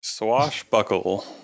Swashbuckle